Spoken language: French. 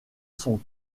son